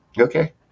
Okay